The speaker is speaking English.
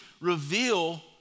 reveal